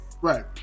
Right